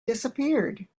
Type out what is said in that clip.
disappeared